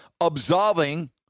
absolving